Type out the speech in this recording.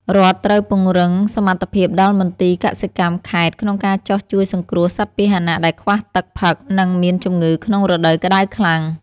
រដ្ឋត្រូវពង្រឹងសមត្ថភាពដល់មន្ទីរកសិកម្មខេត្តក្នុងការចុះជួយសង្គ្រោះសត្វពាហនៈដែលខ្វះទឹកផឹក និងមានជំងឺក្នុងរដូវក្តៅខ្លាំង។